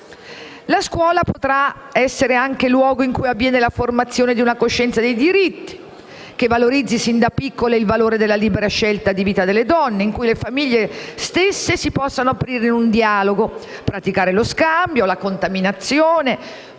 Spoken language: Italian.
La scuola potrà essere anche luogo in cui avviene la formazione di una coscienza dei diritti, che valorizzi sin da piccole il valore della libera scelta di vita delle donne, in cui anche le famiglie stesse si possano aprire in un dialogo, praticare lo scambio, la contaminazione: